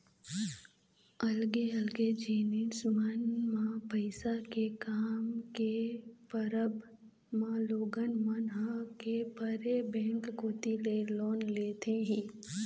अलगे अलगे जिनिस मन म पइसा के काम के परब म लोगन मन ह के परे बेंक कोती ले लोन लेथे ही